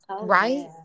right